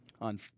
On